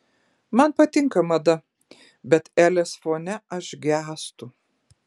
man patinka mada bet elės fone aš gęstu